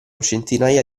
centinaia